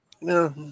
no